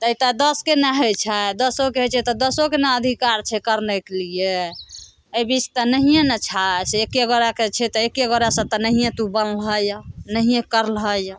तेॅं तऽ दसके ने होइ छै दसोके होइ छै तऽ दसोके ने अधिकार छै करनाइके लिए एहिबीच तऽ नहिये ने छै से एक्के गोड़ाके छै तऽ एक्के गोड़ा सँ तऽ नहिये तु बनलहऽ यऽ नहिये करलहऽ यऽ